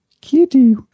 Kitty